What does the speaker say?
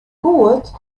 goed